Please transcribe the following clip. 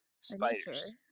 Spiders